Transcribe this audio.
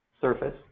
surface